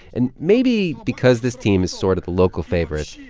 and maybe because this team is sort of the local favorite,